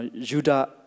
Judah